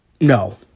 No